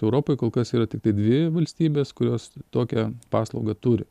europoj kol kas yra tiktai dvi valstybės kurios tokią paslaugą turi